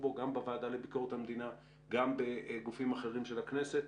בו גם בוועדה לביקורת המדינה וגם בגופים אחרים של הכנסת,